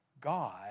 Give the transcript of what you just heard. God